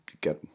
get